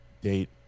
date